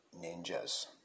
ninjas